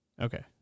Okay